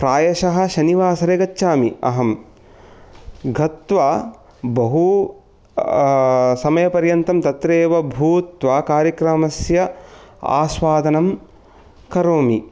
प्रायशः शनिवासरे गच्छामि अहं गत्वा बहु समयपर्यन्तं तत्रैव भूत्वा कार्यक्रमस्य आस्वादनं करोमि